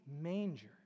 manger